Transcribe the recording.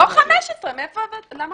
לא,